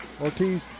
Ortiz